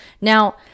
Now